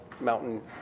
mountain